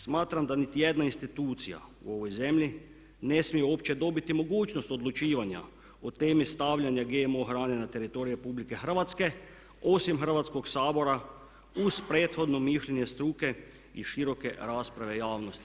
Smatram da niti jedna institucija u ovoj zemlji ne smije uopće dobiti mogućnost odlučivanja o temi stavljanja GMO hrane na teritorij RH osim Hrvatskog sabora uz prethodno mišljenje struke i široke rasprave javnosti.